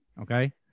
Okay